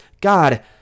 God